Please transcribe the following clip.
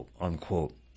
unquote